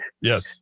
Yes